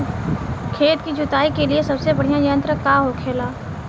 खेत की जुताई के लिए सबसे बढ़ियां यंत्र का होखेला?